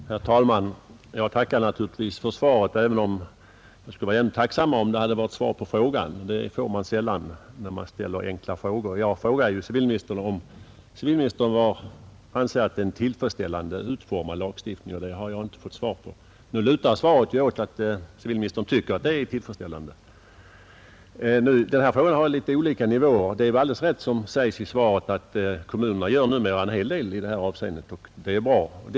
Herr talman! Jag tackar naturligtvis för svaret, även om jag skulle ha varit ännu tacksammare om det hade varit ett svar på min fråga — det får man ju sällan när man ställer enkla frågor. Jag frågade civilministern om han anser att lagstiftningen är tillfredsställande utformad, och det har jag inte fått besked om, även om svaret tyder på att civilministern tycker att lagstiftningen är tillfredsställande. Denna fråga gäller emellertid olika nivåer, och det torde, som framhålles i svaret, vara så att kommunerna numera gör en hel del i detta avseende, och det är bra att så sker.